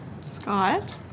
Scott